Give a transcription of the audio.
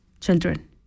children